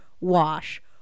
Wash